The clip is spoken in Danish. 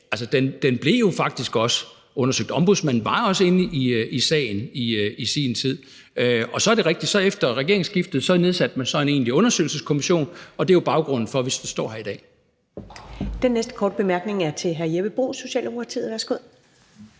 her sag jo faktisk blev undersøgt. Ombudsmanden var også inde i sagen i sin tid. Så er det rigtigt, at efter regeringsskiftet nedsatte man en egentlig undersøgelseskommission, og det er jo baggrunden for, at vi står her i dag. Kl. 11:27 Første næstformand (Karen Ellemann): Den næste korte bemærkning er til hr. Jeppe Bruus, Socialdemokratiet. Værsgo.